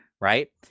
right